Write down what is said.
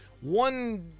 One